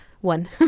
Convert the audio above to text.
one